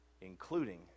including